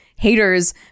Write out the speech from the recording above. haters